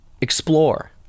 Explore